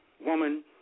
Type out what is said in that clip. woman